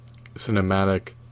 cinematic